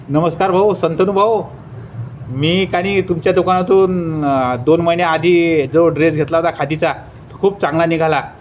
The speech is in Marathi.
नमस्कार भाऊ संतनूभाऊ मी का नाही तुमच्या दुकानातून दोन महिन्याआधी जो ड्रेस घेतला होता खादीचा तो खूप चांगला निघाला